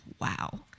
wow